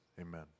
Amen